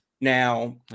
Now